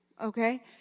Okay